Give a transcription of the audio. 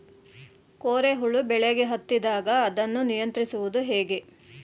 ಕೋರೆ ಹುಳು ಬೆಳೆಗೆ ಹತ್ತಿದಾಗ ಅದನ್ನು ನಿಯಂತ್ರಿಸುವುದು ಹೇಗೆ?